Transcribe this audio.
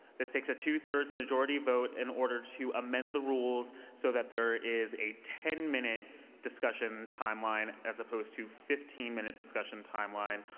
this takes a two-thirds majority vote in order to amend the rules so that there is a ten minute discussion timeline as opposed to fifteen minute discussion timeline.